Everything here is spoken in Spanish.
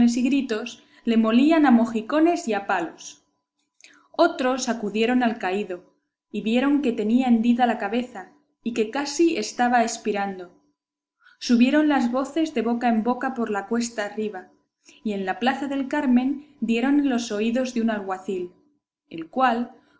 y gritos le molían a mojicones y a palos otros acudieron al caído y vieron que tenía hendida la cabeza y que casi estaba espirando subieron las voces de boca en boca por la cuesta arriba y en la plaza del carmen dieron en los oídos de un alguacil el cual